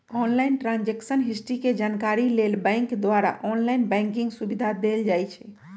online transaction history के जानकारी लेल बैंक द्वारा ऑनलाइन बैंकिंग सुविधा देल जाइ छइ